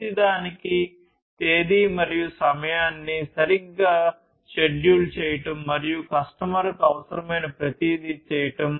ప్రతిదానికి తేదీ మరియు సమయాన్ని సరిగ్గా షెడ్యూల్ చేయడం మరియు కస్టమర్కు అవసరమైన ప్రతిదీ చేయడం